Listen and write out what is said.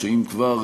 שאם כבר,